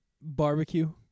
barbecue